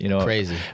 crazy